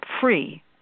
free